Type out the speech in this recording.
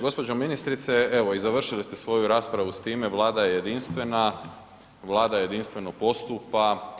Gđo. ministrice, evo i završili ste svoju raspravu s time Vlada je jedinstvena, Vlada jedinstveno postupa.